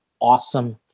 awesome